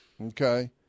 Okay